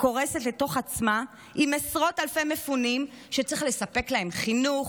קורסת לתוך עצמה עם עשרות אלפי מפונים שצריך לספק להם חינוך,